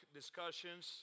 discussions